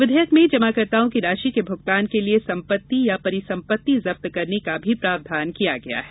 विधेयक में जमाकर्ताओं की राशि के भुगतान के लिए संपत्ति या परिसंपत्ति जब्त करने का भी प्रावधान किया गया है